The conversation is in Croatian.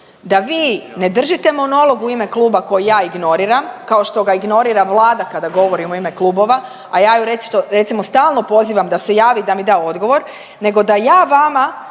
da vi ne držite monolog u ime kluba koji ja ignoriram, kao što ga ignorira Vlada kada govorim u ime klubova, a ja ju recimo stalno pozivam da se javi, da mi da odgovor, nego da ja vama